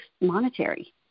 monetary